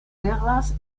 guerras